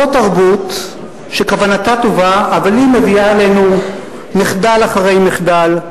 זאת תרבות שכוונתה טובה אבל היא מביאה עלינו מחדל אחרי מחדל,